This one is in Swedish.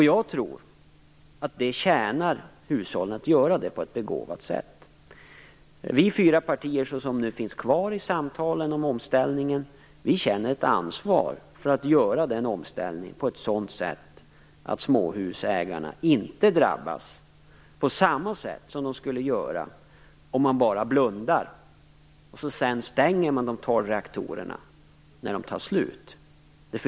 Jag tror att det tjänar hushållen att göra det på ett begåvat sätt. Vi fyra partier som finns kvar i samtalen om en omställning känner ett ansvar för att genomföra den omställningen så att småhusägarna inte drabbas på samma sätt som skulle ske om man bara blundade och sedan stängde de tolv reaktorerna när de tar slut.